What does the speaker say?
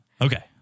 okay